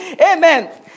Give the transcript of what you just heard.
Amen